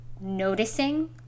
noticing